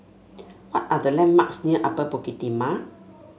what are the landmarks near Upper Bukit Timah